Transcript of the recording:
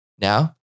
Now